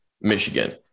Michigan